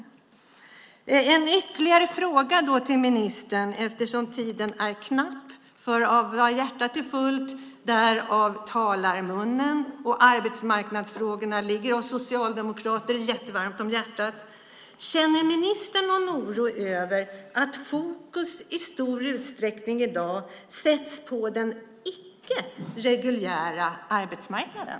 Jag vill ställa ytterligare en fråga till ministern eftersom tiden är knapp, för varav hjärtat är fullt därav talar munnen, och arbetsmarknadsfrågorna ligger oss socialdemokrater jättevarmt om hjärtat: Känner ministern någon oro över att fokus i stor utsträckning i dag sätts på den icke reguljära arbetsmarknaden?